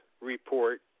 report